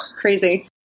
Crazy